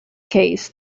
case